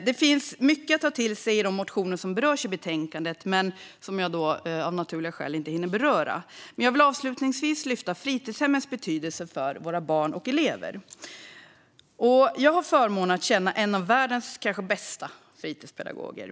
Det finns mycket att ta till sig av de motioner som berörs i betänkandet, men av naturliga skäl hinner jag inte ta upp allt. Avslutningsvis vill jag dock lyfta fram fritidshemmets betydelse för våra barn och elever. Jag har förmånen att känna en av världens kanske bästa fritidspedagoger.